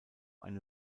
eine